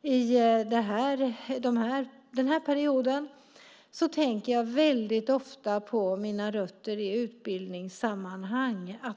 den här perioden har jag väldigt ofta tänkt på mina rötter i utbildningssammanhang.